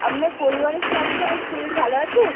আপনার পরিবারের সকলের শরীর ভালো আছে